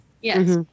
yes